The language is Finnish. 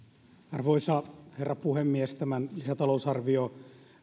arvoisa herra puhemies tämän lisätalousarvion